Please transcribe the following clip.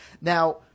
Now